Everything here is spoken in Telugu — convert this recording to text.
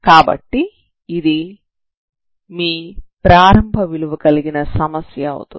కాబట్టి ఇది మీ ప్రారంభ విలువ కలిగిన సమస్య అవుతుంది